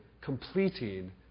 completing